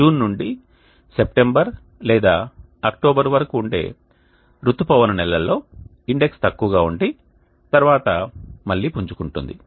June నుండి September లేదా October వరకు ఉండే రుతుపవన నెలల్లో ఇండెక్స్ తక్కువగా ఉండి తర్వాత మళ్ళీ పుంజుకుంటుంది